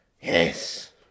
Yes